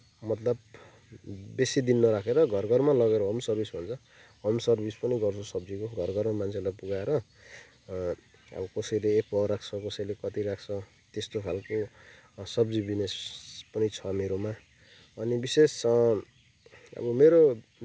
मतलब बेसी दिन नराखेर घर घरमा लगेर पनि सर्भिस भन्छ होम सर्भिस पनि गर्छु सब्जीको घर घरमा मान्छेलाई पुगाएर अब कसैले एक पावा राख्छ कसैले कति राख्छ त्यस्तो खालको सब्जी बिजिनेस पनि छ मेरोमा अनि विशेष अब मेरो